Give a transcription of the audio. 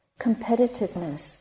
competitiveness